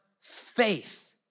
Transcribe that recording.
faith